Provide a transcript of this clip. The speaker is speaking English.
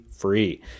Free